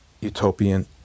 utopian